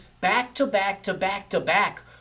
back-to-back-to-back-to-back